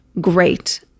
great